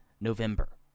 November